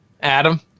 Adam